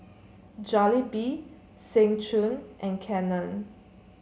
Jollibee Seng Choon and Canon